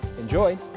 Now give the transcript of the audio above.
Enjoy